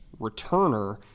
returner